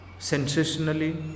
Sensationally